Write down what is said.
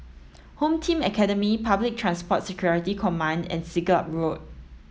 Home Team Academy Public Transport Security Command and Siglap Road